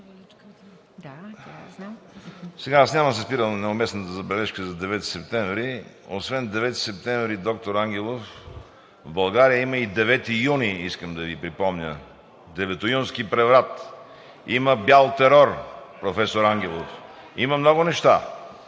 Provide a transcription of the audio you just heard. Няма да се спирам на неуместната забележка за 9 септември. Освен 9 септември, доктор Ангелов, в България има и 9 юни, искам да Ви припомня – Деветоюнски преврат, има бял терор, професор Ангелов, има много неща.